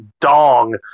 dong